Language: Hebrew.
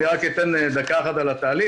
אני רק אתן דקה אחת על התהליך.